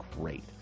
great